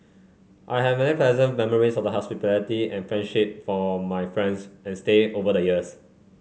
I have many pleasant memories of their hospitality and friendship from my friends and stay over the years